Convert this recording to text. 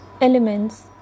elements